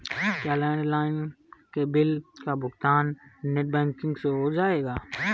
क्या लैंडलाइन के बिल का भुगतान नेट बैंकिंग से हो जाएगा?